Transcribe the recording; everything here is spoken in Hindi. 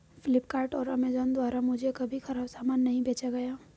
फ्लिपकार्ट और अमेजॉन द्वारा मुझे कभी खराब सामान नहीं बेचा गया